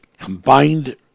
combined